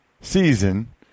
season